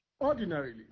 Ordinarily